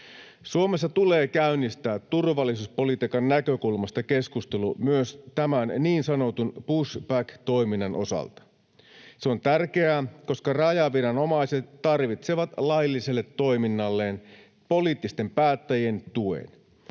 Suomessa tulee käynnistää turvallisuuspolitiikan näkökulmasta keskustelu myös tämän niin sanotun pushback-toiminnan osalta. Se on tärkeää, koska rajaviranomaiset tarvitsevat lailliselle toiminnalleen poliittisten päättäjien tuen.